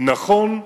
נכון,